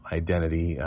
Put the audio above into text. identity